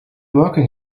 working